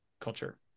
culture